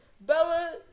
Bella